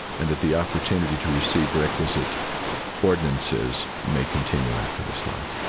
and that the opportunity to receive requisite ordinances may continue after this life,